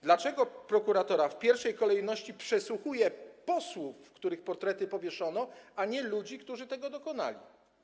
Dlaczego prokuratura w pierwszej kolejności przesłuchuje posłów, których portrety powieszono, a nie ludzi, którzy tego dokonali?